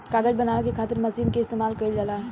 कागज बनावे के खातिर मशीन के इस्तमाल कईल जाला